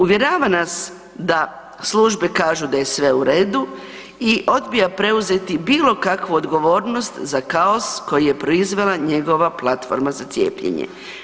Uvjerava nas da službe kažu da je sve u redu i odbija preuzeti bilo kakvu odgovornost za kao koji je proizvela njegova platforma za cijepljenje.